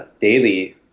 daily